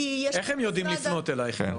כי יש --- איך הם יודעים לפנות אלייך?